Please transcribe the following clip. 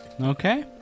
Okay